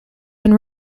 been